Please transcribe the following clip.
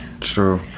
True